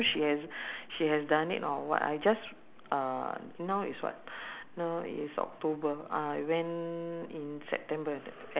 !alamak! you go you go down there you you must you I mean the but uh I I spoke to the boss